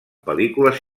pel·lícules